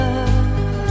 Love